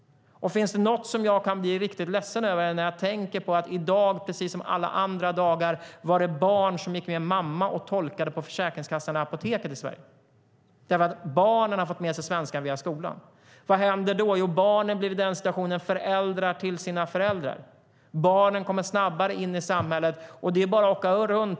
Något som jag kan bli riktigt ledsen över är att i dag, precis som alla andra dagar, gick ett barn med sin mamma och tolkade på Försäkringskassan och apoteket. Barnen har fått svenska språket via skolan. Vad händer då? Barnen blir föräldrar till sina föräldrar. Barnen kommer snabbare in i samhället.